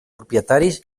propietaris